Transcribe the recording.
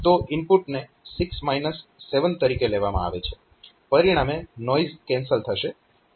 તો ઇનપુટને 6 7 તરીકે લેવામાં આવે છે પરિણામે નોઈઝ કેન્સલ કરશે